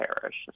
parish